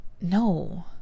No